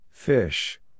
Fish